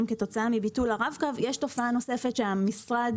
כתוצאה מביטול ההנחה על הרב-קו יש תופעה נוספת שמשרד